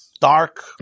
dark